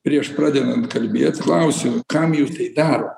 prieš pradedant kalbėt klausiau kam jūs tai darot